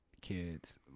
kids